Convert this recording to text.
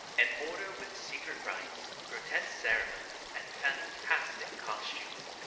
an order with secret rites, grotesque ceremonies and fantastic costumes,